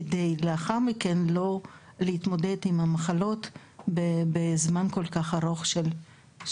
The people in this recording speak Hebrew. כדי לא להתמודד לאחר מכן עם המחלות בזמן כל כך ארוך של דברים.